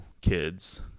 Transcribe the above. kids